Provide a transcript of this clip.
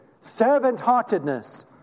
servant-heartedness